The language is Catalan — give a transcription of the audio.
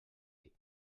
ell